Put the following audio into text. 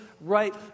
right